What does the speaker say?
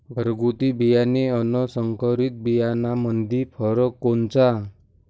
घरगुती बियाणे अन संकरीत बियाणामंदी फरक कोनचा?